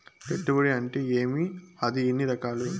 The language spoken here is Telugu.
పెట్టుబడి అంటే ఏమి అది ఎన్ని రకాలు